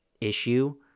issue